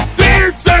dance